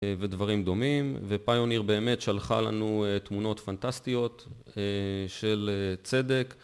ודברים דומים ופיוניר באמת שלחה לנו תמונות פנטסטיות של צדק